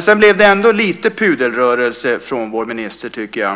Sedan blev det ändå lite pudelrörelse från vår minister, tycker jag.